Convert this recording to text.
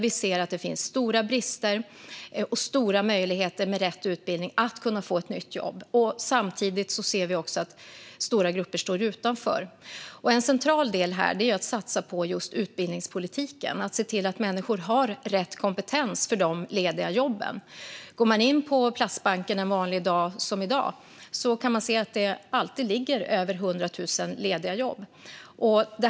Vi ser att det finns stora brister, och att det finns stora möjligheter att med rätt utbildning kunna få ett nytt jobb. Samtidigt ser vi också att stora grupper står utanför. En central del är att satsa på just utbildningspolitiken, att se till att människor har rätt kompetens för de lediga jobben. Om man går in på Platsbanken en vanlig dag, som i dag, kan man se att där alltid finns över hundra tusen lediga jobb.